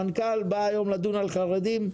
המנכ"ל בא היום לדון על חרדים,